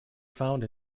found